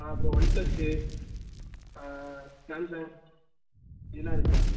அப்புறம் one plus Samsung இதெலாம் இருக்குதுப்பா